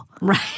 Right